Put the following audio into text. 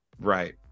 Right